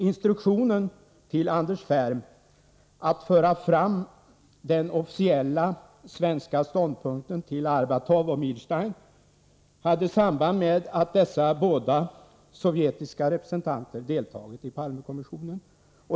Instruktionerna till Anders Ferm att föra fram den officiella svenska ståndpunkten till Arbatov och Milstein hade samband med att dessa båda sovjetiska representanter deltagit i Palmekommissionen.